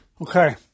Okay